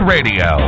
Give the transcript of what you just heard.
Radio